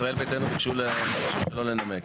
ישראל ביתנו ביקשו לא לנמק.